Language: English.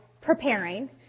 preparing